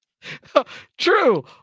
true